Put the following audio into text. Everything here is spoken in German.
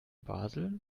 basel